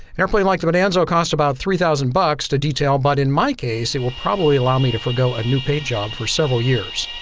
airplane like bonanza cost about three thousand bucks to detail, but in my case it will probably allow me to forgo a new paint job for several years.